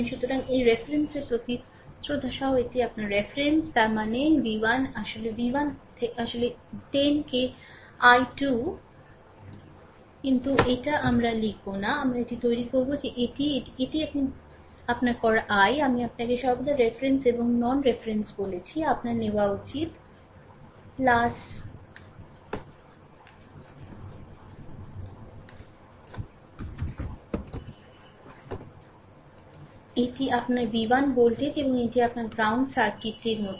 সুতরাং এই রেফারেন্সের প্রতি শ্রদ্ধা সহ এটি আপনার রেফারেন্স তার মানেv1 আসলেv1 আসলে 10 কে i 2 কিন্তু আমরা এইটি লিখব না আমরা এটি তৈরি করব যে এটিই এটি আপনার করা I আমি আপনাকে সর্বদা রেফারেন্স এবং নন রেফারেন্স বলেছি আপনার নেওয়া উচিত এটি আপনারv1 ভোল্টেজ এবং এটি আপনার গ্রাউন্ড সার্কিটটি এর মতো